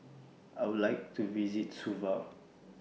I Would like to visit Suva